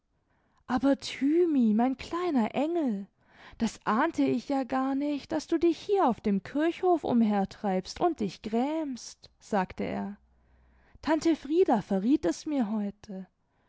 aber thymi mein kleiner engel das ahnte ich ja gar nicht daß du dich hier auf dem kirchhof umhertreibst imd dich grämst sagte er tante frieda verriet es mir heute